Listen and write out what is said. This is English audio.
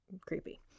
creepy